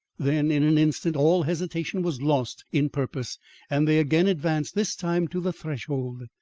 then, in an instant, all hesitation was lost in purpose and they again advanced this time to the threshold.